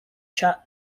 chassis